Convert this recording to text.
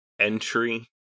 entry